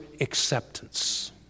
acceptance